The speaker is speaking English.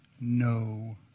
no